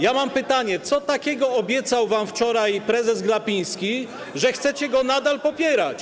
Ja mam pytanie: Co takiego obiecał wam wczoraj prezes Glapiński, że chcecie go nadal popierać?